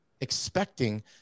expecting